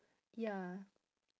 ya